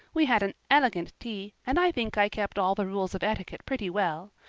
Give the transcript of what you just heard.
we had an elegant tea, and i think i kept all the rules of etiquette pretty well.